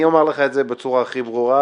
אני אומר לך את זה בצורה הכי ברורה,